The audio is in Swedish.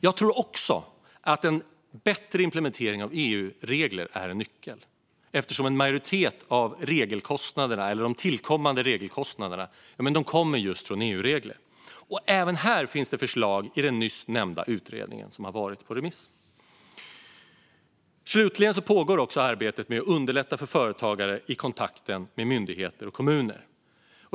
Jag tror också att en bättre implementering av EU-regler är en nyckel eftersom en majoritet av regelkostnaderna, eller de tillkommande regelkostnaderna, kommer just från EU-regler. Även här finns det förslag i den nyss nämnda utredningen som har varit på remiss. Slutligen pågår också arbetet med att underlätta för företagare i kontakten med myndigheter och kommuner.